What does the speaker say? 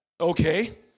Okay